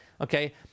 Okay